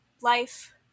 life